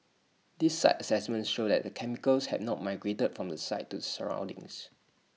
these site assessments show that the chemicals had not migrated from the site to the surroundings